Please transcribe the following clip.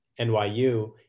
NYU